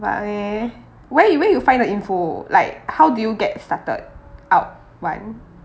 but okay where you where you find the info like how did you get started out [one]